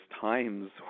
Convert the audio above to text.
times